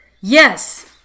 Yes